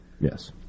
Yes